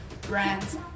brands